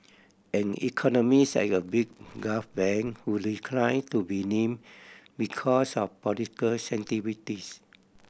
an economist at a big Gulf bank who decline to be name because of political sensitivities